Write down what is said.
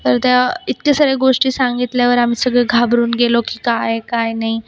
तर त्या इतक्या साऱ्या गोष्टी सांगितल्यावर आम्ही सगळे घाबरून गेलो की कायकाय नाही